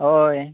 हय